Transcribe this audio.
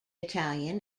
italian